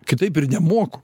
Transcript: kitaip ir nemoku